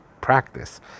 practice